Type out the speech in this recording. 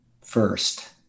first